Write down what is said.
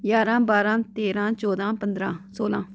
ञारां बारां तेरां चौदां पंदरां सोलां